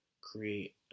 create